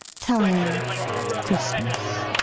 time christmas.